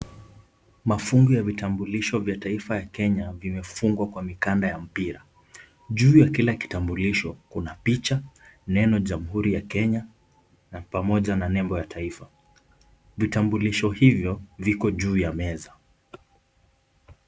Mafungu ya vitambulisho ya taifa ya Kenya vimefungwa kwa mikanda ya mpira. Juu ya kila kitambulisho kuna picha, neno Jamhuri ya Kenya pamoja na nembo ya taifa. Vitambulisho hivyo viko juu ya meza.